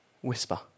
whisper